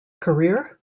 career